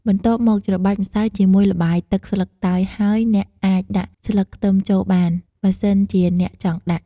បន្ទាប់ពី ច្របាច់ម្សៅជាមួយល្បាយទឹកស្លឹកតើយហើយ អ្នកអាចដាក់ស្លឹកខ្ទឹមចូលបាន បើសិនជាអ្នកចង់ដាក់។